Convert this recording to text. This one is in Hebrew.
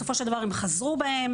בסופו של דבר הם חזרו בהם.